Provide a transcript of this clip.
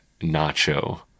Nacho